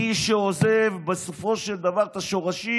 מי שעוזב בסופו של דבר את השורשים,